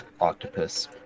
octopus